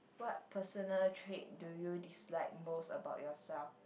what personal trait do you dislike most about yourself